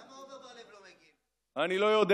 למה עמר בר לב לא מגיב, אני לא יודע.